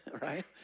right